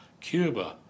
Cuba